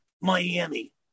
Miami